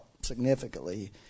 significantly